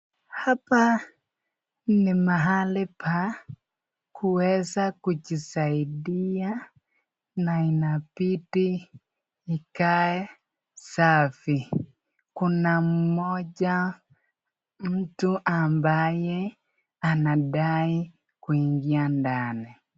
Hapa ni mahali pa kuweza kujisaidia na inabidi ikae safi. Kuna mmoja mtu ambaye anadai kuingia ndani.